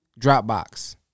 Dropbox